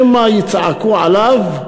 שמא יצעקו עליו,